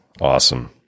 Awesome